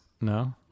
no